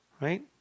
right